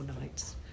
nights